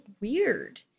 weird